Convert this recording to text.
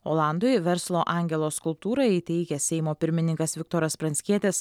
olandui verslo angelo skulptūrą įteikęs seimo pirmininkas viktoras pranckietis